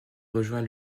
rejoint